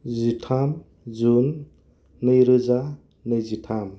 जिथाम जुन नैरोजा नैजिथाम